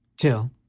till